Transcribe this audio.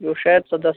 یہِ اوس شاید ژۄداہ